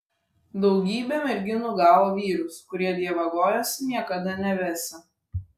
daugybė merginų gavo vyrus kurie dievagojosi niekada nevesią